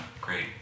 great